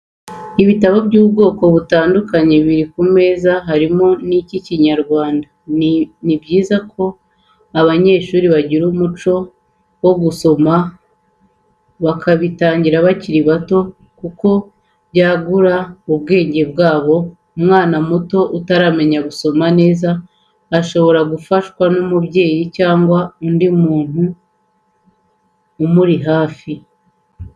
Ibitabo by'ubwoko butandukanye biri ku meza harimo n'icy'ikinyarwanda, ni byiza ko abanyeshuri bagira umuco wo gusoma bakabitangira bakiri bato kuko byagura ubwenge bwabo, umwana muto utaramenya gusoma neza shobora gufashwa n'umubyeyi cyangwa se undi muntu umuri hafi.